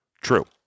True